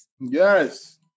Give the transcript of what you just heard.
Yes